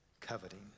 coveting